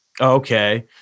Okay